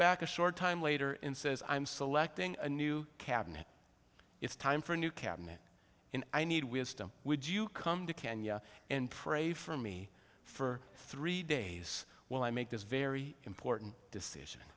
back a short time later and says i'm selecting a new cabinet it's time for a new cabinet and i need wisdom would you come to kenya and pray for me for three days while i make this very important decision